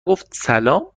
گفتسلام